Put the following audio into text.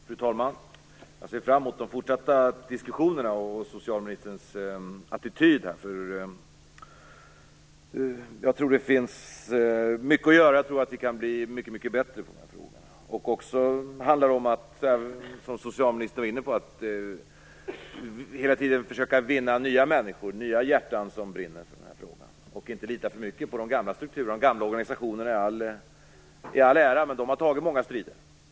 Fru talman! Jag ser fram emot de fortsatta diskussionerna, och jag uppskattar socialministerns positiva attityd. Det finns mycket att göra, och jag tror att vi kan bli mycket bättre på detta område. Som socialministern var inne på handlar det om att hela tiden försöka att vinna nya människor och nya hjärtan som brinner för den här frågan. Man skall inte lita för mycket på de gamla strukturerna. De gamla organisationerna i all ära, men de har kämpat i många strider.